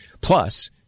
Plus